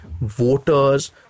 voters